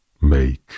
make